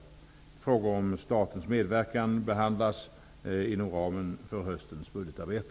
Frågor om statens medverkan behandlas inom ramen för höstens budgetarbete.